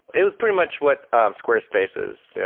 it was pretty much what squarespace is,